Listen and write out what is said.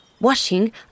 Washing